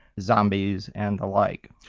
zombies and the like.